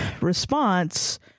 response